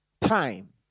time